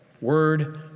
word